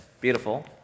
beautiful